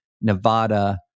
Nevada